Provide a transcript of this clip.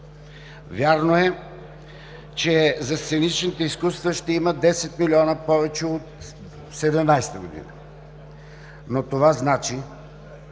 Вярно е, че за сценичните изкуства ще има 10 милиона повече от 2017 г., но това значи,